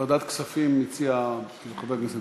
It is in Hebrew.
ועדת כספים הציע חבר הכנסת ברושי,